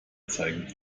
zeigen